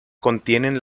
contienen